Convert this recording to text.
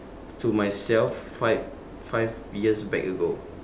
to myself five five years back ago